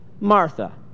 Martha